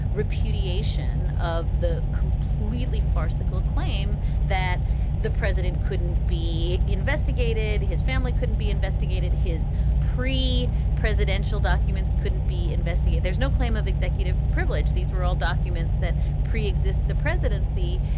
repudiation of the completely farcical claim that the president couldn't be investigated. his family couldn't be investigated. his pre presidential documents couldn't be investigated. there's no claim of executive privilege. these were all documents that pre-exist the presidency.